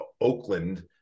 Oakland